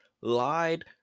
lied